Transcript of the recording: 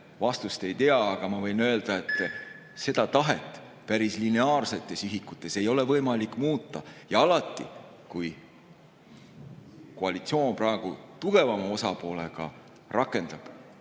vastust ei tea, aga ma võin öelda, et seda tahet päris lineaarsetes ühikutes ei ole võimalik muuta. Ja alati, kui koalitsioon tugevama osapoolena rakendab